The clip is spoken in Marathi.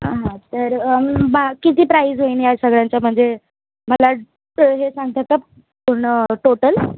हां तर बा किती प्राईज होईन या सगळ्यांच्या मध्ये मला त हे सांगता का पूर्ण टोटल